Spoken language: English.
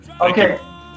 Okay